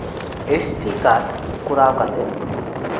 S T card ᱠᱚᱨᱟᱣ ᱠᱟᱛᱮ